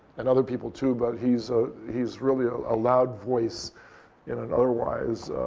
and other people, too. but he's ah he's really a ah loud voice in an otherwise